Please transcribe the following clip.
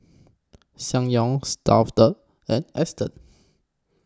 Ssangyong Stuff'd and Astons